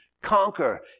conquer